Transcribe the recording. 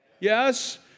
Yes